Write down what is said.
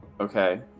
Okay